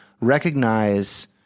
recognize